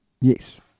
Yes